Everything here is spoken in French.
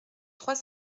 trois